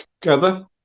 together